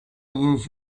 use